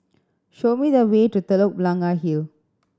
show me the way to Telok Blangah Hill